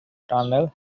tunnel